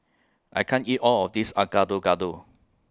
I can't eat All of This Are Gado Gado